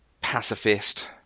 pacifist